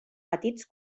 petits